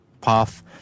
path